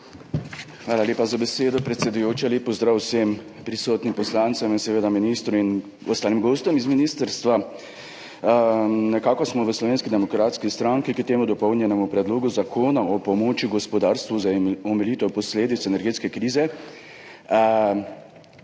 Hvala lepa za besedo, predsedujoča. Lep pozdrav vsem prisotnim poslancem in seveda ministru in ostalim gostom z ministrstva! V Slovenski demokratski stranki smo k temu dopolnjenemu Predlogu zakona o pomoči gospodarstvu za omilitev posledic energetske krize